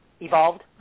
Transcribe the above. evolved